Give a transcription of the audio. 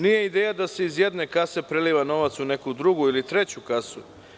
Nije ideja da se iz jedne kase preliva novac u neku drugu ili treću kasu.